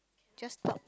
just talk